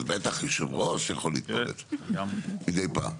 אז בטח יושב ראש יכול להתפרץ מידי פעם.